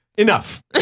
enough